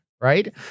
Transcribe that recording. right